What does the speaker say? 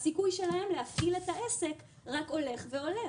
הסיכוי שלהם להפעיל את העסק רק הולך ועולה.